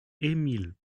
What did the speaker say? émile